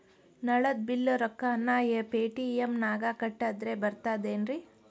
ನಳದ್ ಬಿಲ್ ರೊಕ್ಕನಾ ಪೇಟಿಎಂ ನಾಗ ಕಟ್ಟದ್ರೆ ಬರ್ತಾದೇನ್ರಿ?